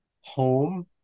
home